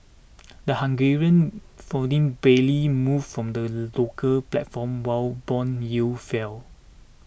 the Hungarian forint barely moved from on the local platform while bond yields fell